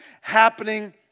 happening